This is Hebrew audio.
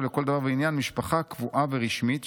לכל דבר ועניין משפחה קבועה ורשמית,